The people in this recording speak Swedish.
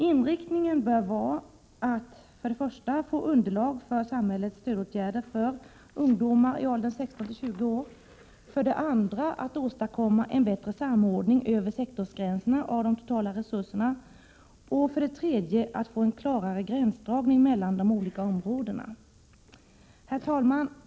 Inriktningen bör vara för det första att få underlag för samhällets stödåtgärder för ungdomar i åldern 16-20 år, för det andra att åstadkomma en bättre samordning över sektorsgränserna av de totala resurserna och för det tredje att få en klarare gränsdragning mellan de olika områdena. Herr talman!